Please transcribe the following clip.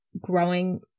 growing